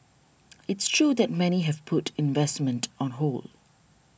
it's true that many have put investment on hold